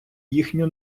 їхню